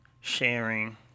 sharing